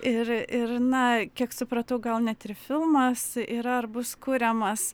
ir ir na kiek supratau gal net ir filmas yra ar bus kuriamas